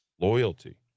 loyalty